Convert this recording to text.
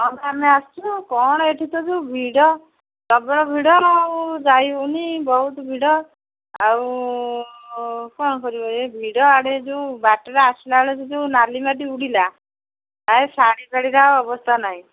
ହଁ ଆମେ ଆସିଛୁ କ'ଣ ଏଠି ତ ଯୋଉ ଭିଡ଼ ପ୍ରବଳ ଭିଡ଼ ଆଉ ଯାଇହେଉନି ବହୁତ ଭିଡ଼ ଆଉ କ'ଣ କରିବ ଏ ଭିଡ଼ ଆଡ଼େ ଯୋଉ ବାଟରେ ଆସିଲା ବେଳେ ଯୋଉ ନାଲି ମାଟି ଉଡ଼ିଲା ତାହେଲେ ଶାଢ଼ୀଫାଡ଼ିର ଅବସ୍ଥା ନାହିଁ